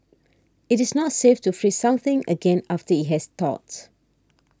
it is not safe to freeze something again after it has thawed